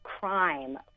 crime